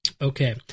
Okay